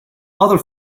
other